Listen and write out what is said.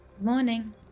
morning